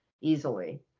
easily